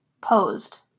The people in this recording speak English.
posed